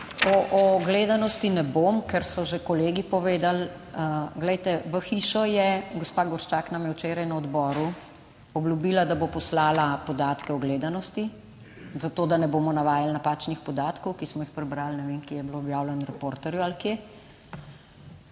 o gledanosti ne bom, ker so že kolegi povedali. Glejte, v hišo je, gospa Gorščak nam je včeraj na odboru obljubila, da bo poslala podatke o gledanosti zato, da ne bomo navajali napačnih podatkov, ki smo jih prebrali, ne vem, kje je bilo objavljeno, v Reporterju ali kje.